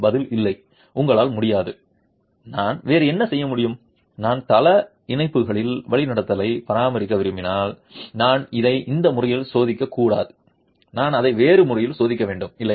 பதில் இல்லை உங்களால் முடியாது நான் வேறு என்ன செய்ய முடியும் நான் தள இணைப்புகளின் வழிநடத்துதலைப் பராமரிக்க விரும்பினால் நான் அதை இந்த முறையில் சோதிக்கக்கூடாது நான் அதை வேறு முறையில் சோதிக்க வேண்டும் இல்லையா